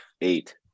eight